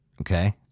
okay